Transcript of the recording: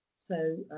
so,